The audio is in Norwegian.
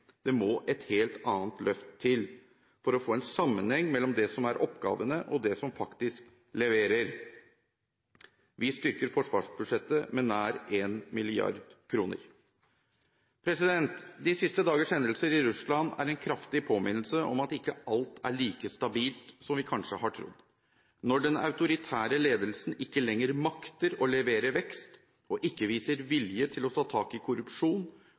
Det må et helt annet løft til for å få en sammenheng mellom det som er oppgavene, og det som faktisk leverer. Vi styrker forsvarsbudsjettet med nær 1 mrd. kr. De siste dagers hendelser i Russland er en kraftig påminnelse om at ikke alt er like stabilt som vi kanskje har trodd. Når den autoritære ledelsen ikke lenger makter å levere vekst, og ikke viser vilje til å ta tak i korrupsjon,